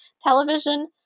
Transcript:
television